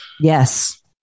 Yes